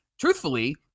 Truthfully